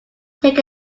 take